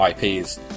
IPs